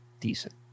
decent